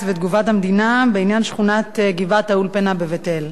ותגובת המדינה בעניין שכונת גבעת-האולפנה בבית-אל.